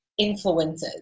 influencers